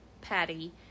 Patty